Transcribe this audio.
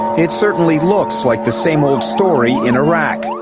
it certainly looks like the same old story in iraq.